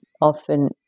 often